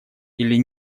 или